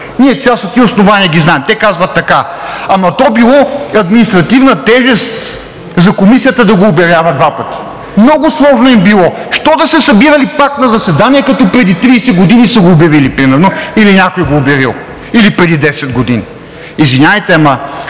Ние част от тези основания ги знаем. Те казват така: „То било административна тежест за Комисията да го обявява два пъти. Много сложно им било! Що да се събирали пак на заседание, като преди 30 години са го обявили примерно или някой го е обявил, или преди 10 години?!“ Извинявайте, ама,